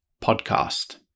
podcast